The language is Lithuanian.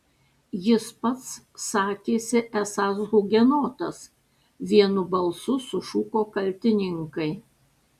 jis pats sakėsi esąs hugenotas vienu balsu sušuko kaltininkai